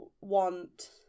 want